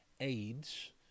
aids